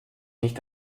nicht